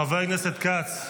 חבר הכנסת כץ.